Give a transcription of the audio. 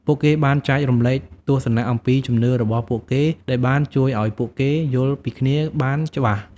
ពួកគេបានចែករំលែកទស្សនៈអំពីជំនឿរបស់ពួកគេដែលបានជួយឲ្យពួកគេយល់ពីគ្នាបានច្បាស់។